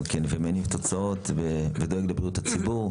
כן ומניב תוצאות ודואג לבריאות הציבור.